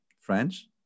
French